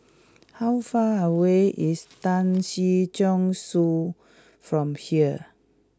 how far away is Tan Si Chong Su from here